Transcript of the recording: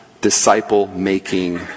disciple-making